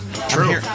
True